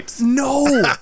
No